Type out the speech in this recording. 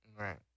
Right